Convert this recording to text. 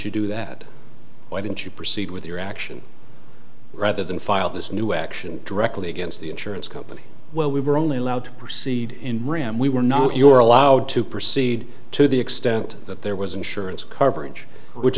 you do that why didn't you proceed with your action rather than file this new action directly against the insurance company well we were only allowed to proceed in ram we were not you were allowed to proceed to the extent that there was insurance coverage which